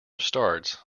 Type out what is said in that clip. starts